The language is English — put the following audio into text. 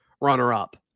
runner-up